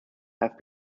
have